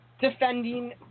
Defending